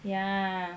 ya